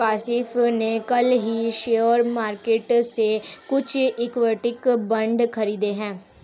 काशिफ़ ने कल ही शेयर मार्केट से कुछ इक्विटी बांड खरीदे है